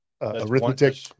arithmetic